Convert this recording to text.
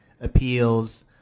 appeals